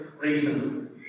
reason